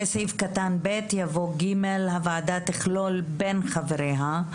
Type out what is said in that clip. סעיף קטן (ב) יבוא (ג): הוועדה תכלול בין חבריה,